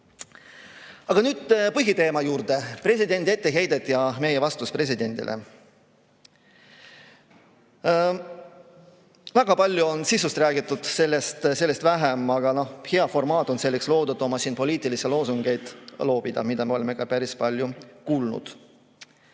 Aga nüüd põhiteema juurde, presidendi etteheited ja meie vastus presidendile. Väga palju on sisust räägitud, sellest vähem, aga noh, hea formaat on selleks loodud, et siin oma poliitilisi loosungeid loopida, mida me oleme ka päris palju kuulnud.